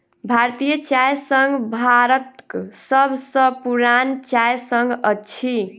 भारतीय चाय संघ भारतक सभ सॅ पुरान चाय संघ अछि